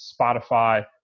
Spotify